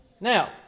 Now